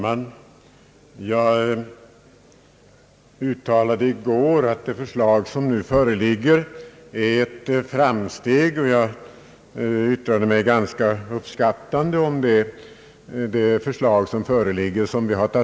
Herr talman! Jag sade i går att här föreliggande förslag är ett framsteg och uttalade mig ganska uppskattande om det.